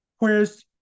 Whereas